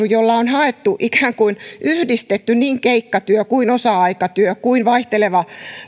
jolla on ikään kuin yhdistetty niin keikkatyö kuin osa aikatyö kuin myös